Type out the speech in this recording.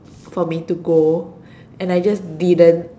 for me to go and I just didn't